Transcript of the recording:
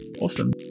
awesome